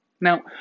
Now